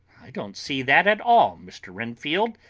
i don't see that at all, mr. renfield,